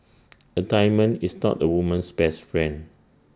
A diamond is not A woman's best friend